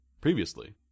previously